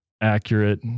accurate